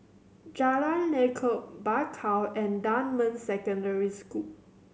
Jalan Lekub Bakau and Dunman Secondary School